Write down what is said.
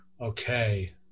Okay